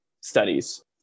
studies